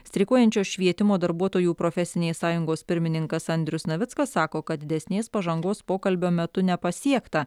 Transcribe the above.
streikuojančios švietimo darbuotojų profesinės sąjungos pirmininkas andrius navickas sako kad didesnės pažangos pokalbio metu nepasiekta